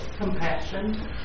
Compassion